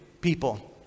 people